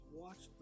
watch